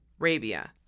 Arabia